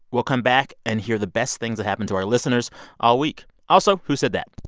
we'll come back and hear the best things that happened to our listeners all week. also, who said that?